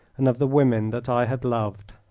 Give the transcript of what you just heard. and of the women that i had loved.